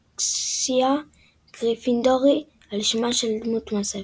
אריוביקסיה גריפינדורי על שמה של דמות מהספר.